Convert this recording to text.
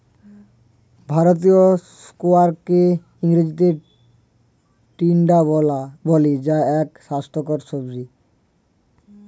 ভারতীয় স্কোয়াশকে ইংরেজিতে টিন্ডা বলে যা এক স্বাস্থ্যকর সবজি